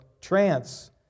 trance